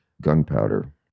Gunpowder